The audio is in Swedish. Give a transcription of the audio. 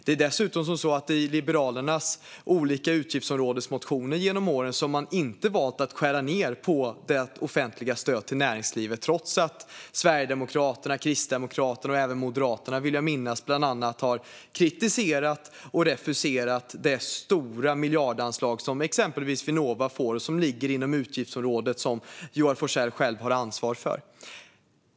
Det är dessutom så att Liberalerna i sina olika utgiftsområdesmotioner genom åren har valt att inte skära ned på det offentliga stödet till näringslivet, trots att Sverigedemokraterna, Kristdemokraterna och även Moderaterna, vill jag minnas, bland annat har kritiserat och refuserat det stora miljardanslag som exempelvis Vinnova får och som ligger inom det utgiftsområde som Joar Forssell själv har ansvar för.